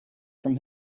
from